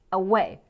away